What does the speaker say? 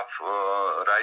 right